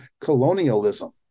colonialism